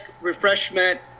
refreshment